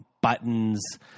buttons